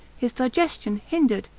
his digestion hindered,